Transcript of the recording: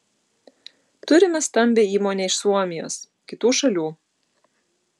turime stambią įmonę iš suomijos kitų šalių